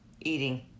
eating